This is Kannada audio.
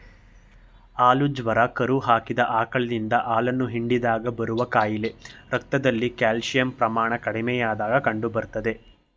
ಹಾಲು ಜ್ವರ ಕರು ಹಾಕಿದ ಆಕಳಿನಿಂದ ಹಾಲನ್ನು ಹಿಂಡಿದಾಗ ಬರುವ ಕಾಯಿಲೆ ರಕ್ತದಲ್ಲಿ ಕ್ಯಾಲ್ಸಿಯಂ ಪ್ರಮಾಣ ಕಡಿಮೆಯಾದಾಗ ಕಂಡುಬರ್ತದೆ